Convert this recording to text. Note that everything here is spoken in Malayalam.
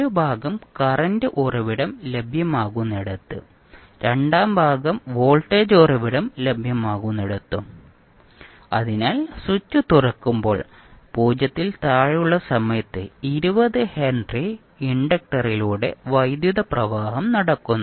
ഒരു ഭാഗം കറന്റ് ഉറവിടം ലഭ്യമാകുന്നിടത്ത് രണ്ടാം ഭാഗം വോൾട്ടേജ് ഉറവിടം ലഭ്യമാകുന്നിടത്തും അതിനാൽ സ്വിച്ച് തുറക്കുമ്പോൾ 0 ൽ താഴെയുള്ള സമയത്ത് 20 ഹെൻറി ഇൻഡക്ടറിലൂടെ വൈദ്യുത പ്രവാഹം നടക്കുന്നു